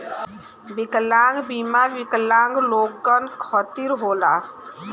विकलांग बीमा विकलांग लोगन खतिर होला